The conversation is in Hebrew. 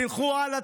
תלכו הלאה,